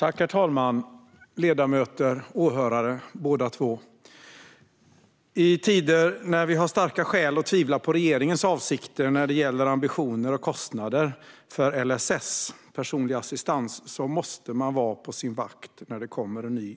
Herr talman, ledamöter och åhörare! I tider då vi har starka skäl att tvivla på regeringens avsikter när det gäller ambitioner och kostnader för LSS, personlig assistans, måste vi vara på vår vakt när det kommer en ny